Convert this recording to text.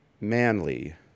Manly